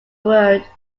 word